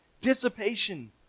dissipation